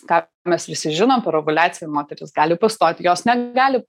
ką mes visi žinom per ovuliaciją moterys gali pastoti jos negali